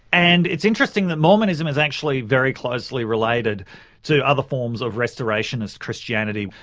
and it's interesting that mormonism is actually very closely related to other forms of restorationist christianity.